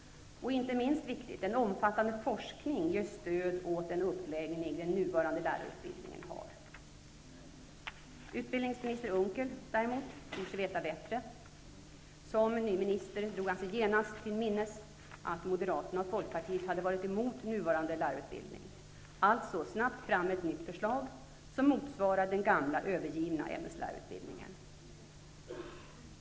Inte minst viktigt är att en omfattande forskning ger stöd åt den uppläggning som den nuvarande lärarutbildningen har. Utbildningsminister Unckel däremot tror sig veta bättre. Som ny minister drog han sig genast till minnes att Moderaterna och Folkpartiet hade varit emot den nuvarande lärarutbildningen -- alltså snabbt fram med ett nytt förslag som motsvarar den gamla övergivna ämneslärarutbildningen.